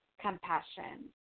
compassion